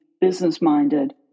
business-minded